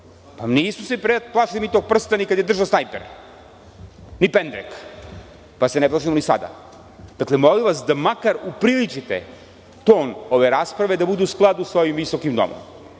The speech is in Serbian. se mi plašili tog prsta ni kada je držao snajper, ni pendrek, pa se ne plašimo ni sada. Dakle, molim vas da makar upriličite ton ove rasprave, da bude u skladu sa ovim visokim domom.